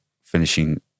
finishing